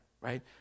right